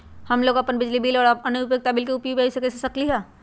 हम लोग अपन बिजली बिल और अन्य उपयोगिता बिल यू.पी.आई से चुका सकिली ह